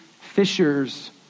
fishers